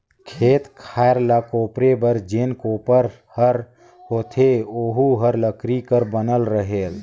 खेत खायर ल कोपरे बर जेन कोपर हर होथे ओहू हर लकरी कर बनल रहेल